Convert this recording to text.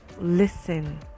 listen